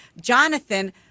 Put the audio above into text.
Jonathan